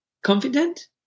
Confident